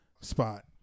Spot